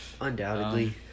Undoubtedly